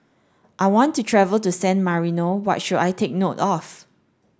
I want to travel to San Marino what should I take note of